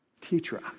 teacher